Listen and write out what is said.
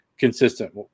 Consistent